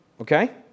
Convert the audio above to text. Okay